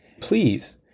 Please